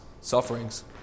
sufferings